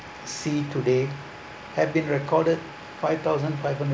see today have been recorded five thousand five hundred